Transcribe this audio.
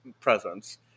presence